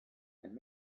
and